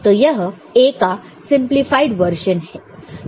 तो यह A क सिंपलीफाइड वर्शन है